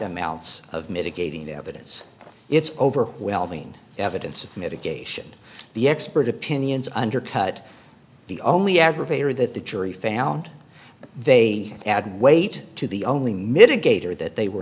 amounts of mitigating evidence it's overwhelming evidence of mitigation the expert opinions undercut the only aggravator that the jury found but they add weight to the only mitigator that they were